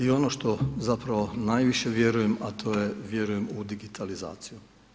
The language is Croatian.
I ono što zapravo najviše vjerujem, a to je vjerujem u digitalizaciju.